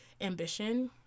ambition